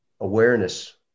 awareness